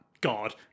God